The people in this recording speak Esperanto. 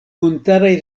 montaraj